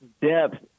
depth